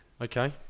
Okay